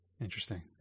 Interesting